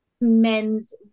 men's